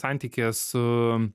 santykis su